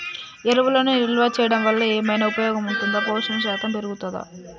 ఎరువులను నిల్వ చేయడం వల్ల ఏమైనా ఉపయోగం ఉంటుందా పోషణ శాతం పెరుగుతదా?